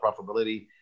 profitability